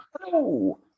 Hello